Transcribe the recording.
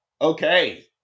Okay